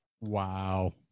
Wow